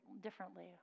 differently